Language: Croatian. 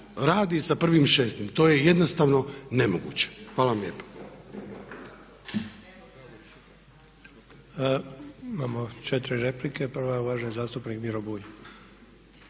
radi sa 1.6. To je jednostavno nemoguće. Hvala vam lijepa.